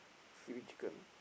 seaweed chicken